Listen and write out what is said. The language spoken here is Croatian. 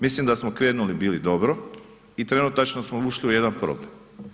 Mislim da smo krenuli bili dobro i trenutačno smo ušli u jedan problem.